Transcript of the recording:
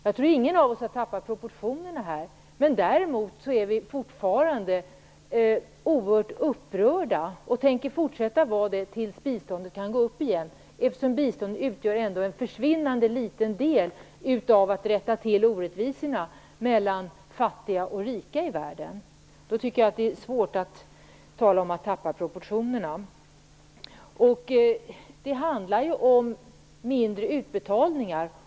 Jag tror inte att någon av oss har tappat proportionerna här. Däremot är vi fortfarande oerhört upprörda och tänker fortsätta att vara det tills biståndet kan gå upp igen. Biståndet utgör ändå en försvinnande liten del när det gäller att rätta till orättvisorna mellan fattiga och rika i världen. Då tycker jag att det är svårt att tala om att tappa proportionerna. Det handlar ju om mindre utbetalningar.